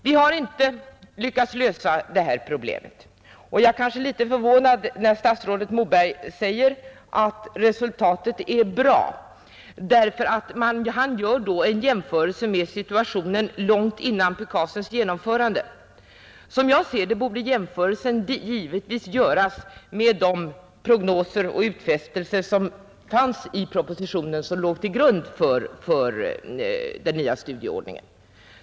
Vi har inte lyckats lösa det här problemet, och jag blir litet förvånad när statsrådet Moberg säger att resultatet är bra. Han gör nämligen då en jämförelse med situationen långt före PUKAS:s genomförande. Jämförelsen borde givetvis göras med de prognoser och utfästelser, som fanns i propositionen och som låg till grund för den nya studieordningen.